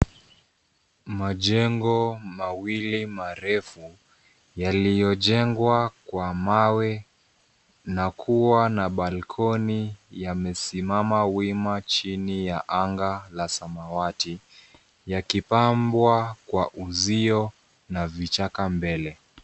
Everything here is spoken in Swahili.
Majengo mawili marefu yaliyojengwa kwa mawe na kuwa na balkoni yamesimama wima chini ya anga la samawati yakipambwa kwa uzio na vichaka mbele.